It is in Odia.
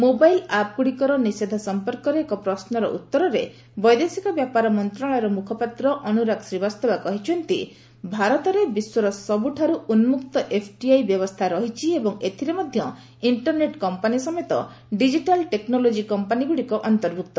ମୋବାଇଲ୍ ଆପ୍ଗୁଡ଼ିକର ନିଷେଧ ସଂପର୍କରେ ଏକ ପ୍ରଶ୍ନର ଉତ୍ତରରେ ବୈଦେଶିକ ବ୍ୟାପାର ମନ୍ତ୍ରଣାଳୟର ମୁଖପାତ୍ର ଅନୁରାଗ ଶ୍ରୀବାସ୍ତବ କହିଛନ୍ତି ଭାରତର ବିଚାର ସବୁଠାରୁ ଉନ୍କକ୍ତ ଏଫ୍ଡିଆଇ ବ୍ୟବସ୍ଥା ରହିଛି ଏବଂ ଏଥିରେ ମଧ୍ୟ ଇଷ୍ଟରନେଟ୍ କମ୍ପାନୀ ସମେତ ଡିଜିଟାଲ୍ ଟେକ୍ସୋଲୋଜି କମ୍ପାନୀଗୁଡ଼ିକ ଅନ୍ତର୍ଭୁକ୍ତ